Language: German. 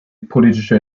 politische